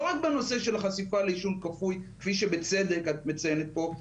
לא רק בנושא החשיפה לעישון כפוי כפי שבצדק את מציינת פה,